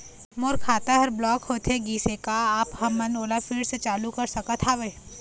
मोर खाता हर ब्लॉक होथे गिस हे, का आप हमन ओला फिर से चालू कर सकत हावे?